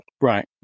Right